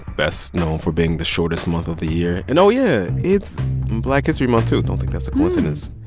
best-known for being the shortest month of the year. and, oh, yeah, it's black history month, too. don't think that's a coincidence